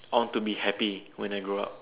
I want to be happy when I grow up